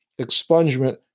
expungement